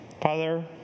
Father